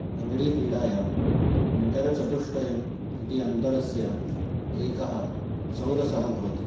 लङ्गडीक्रीडायां मिटरचतुष्टयम् इति अन्तरस्य एकः चौरसः भवति